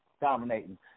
dominating